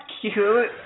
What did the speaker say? cute